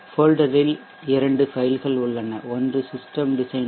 ஃபோல்டரில் இரண்டு ஃபைல்கள் உள்ளன ஒன்று சிஸ்டெம் டிசைன்